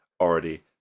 already